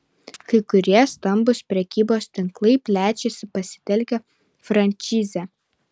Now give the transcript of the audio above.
kai kurie stambūs prekybos tinklai plečiasi pasitelkę frančizę